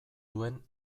duen